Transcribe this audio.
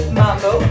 mambo